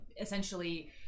essentially